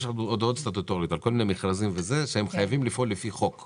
יש הודעות סטטוטוריות על כל מיני מכרזים שהם חייבים לפעול לפי חוק.